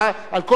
על כל פגיעה.